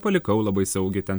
palikau labai saugiai ten